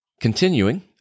Continuing